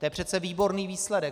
To je přece výborný výsledek.